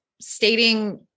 stating